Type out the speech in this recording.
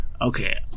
Okay